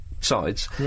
sides